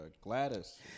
Gladys